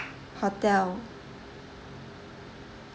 hotel